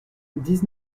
dix